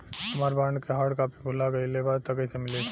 हमार बॉन्ड के hard copy भुला गएलबा त कैसे मिली?